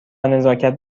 نزاکت